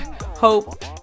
hope